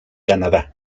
canadá